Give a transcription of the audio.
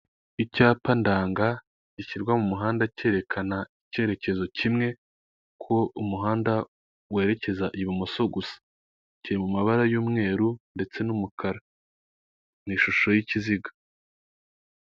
Icyapa ndanga gishyirwa mu muhanda cyerekana icyerekezo kimwe, ko umuhanda werekeza ibumoso gusa, kiri mu mabara y'umweru ndetse n'umukara mu ishusho y'ikiziga.